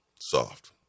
soft